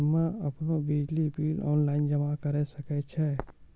हम्मे आपनौ बिजली बिल ऑनलाइन जमा करै सकै छौ?